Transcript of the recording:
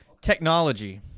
Technology